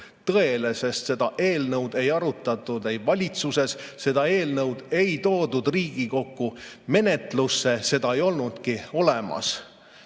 tõele, sest seda eelnõu ei arutatud valitsuses, seda eelnõu ei toodud Riigikogu menetlusse, seda ei olnudki olemas.